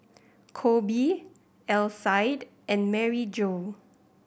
Koby Alcide and Maryjo